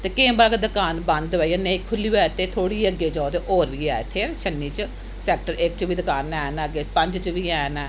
ते केईं बार अगर दकान बंद होऐ जे नेईं खु'ल्ली होऐ ते थोह्ड़ी अग्गें जाओ ते होर बी एह् इत्थै छन्नी च सैक्टर इक च बी दकान ऐ अग्गें पंज च बी हैन